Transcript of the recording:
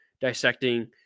dissecting